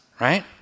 right